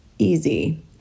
easy